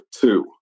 two